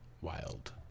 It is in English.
Wild